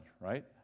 right